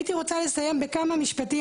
הייתי רוצה לסיים בכמה משפטים.